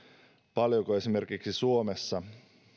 paljonko tyttöjä esimerkiksi suomessa